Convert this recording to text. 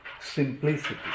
simplicity